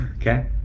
Okay